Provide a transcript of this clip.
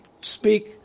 speak